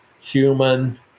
human